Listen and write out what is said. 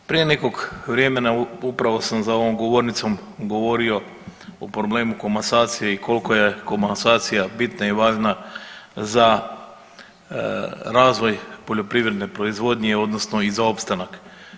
Prije nekog vremena upravo sam za ovom govornicom govorio o problemu komasacije i koliko je komasacija bitna i važna za razvoj poljoprivredne proizvodnje, odnosno i za opstanak.